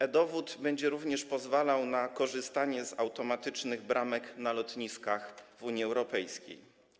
E-dowód będzie również pozwalał na korzystanie z automatycznych bramek na lotniskach w Unii Europejskiej.